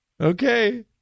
Okay